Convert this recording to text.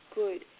good